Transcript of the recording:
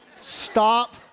Stop